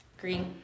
Green